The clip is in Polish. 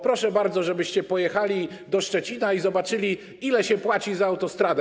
Proszę bardzo, żebyście pojechali do Szczecina i zobaczyli, ile się płaci za autostradę.